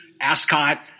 ascot